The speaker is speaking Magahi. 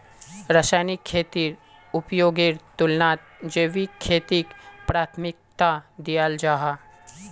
रासायनिक खेतीर उपयोगेर तुलनात जैविक खेतीक प्राथमिकता दियाल जाहा